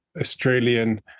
Australian